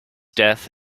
death